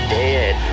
dead